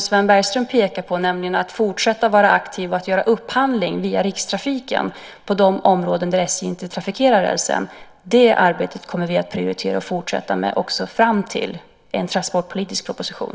Sven Bergström pekar på att man ska fortsätta att vara aktiv och göra upphandling via Rikstrafiken på de områden där SJ inte trafikerar rälsen, och det arbetet kommer vi att prioritera och fortsätta med också fram till en transportpolitisk proposition.